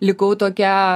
likau tokia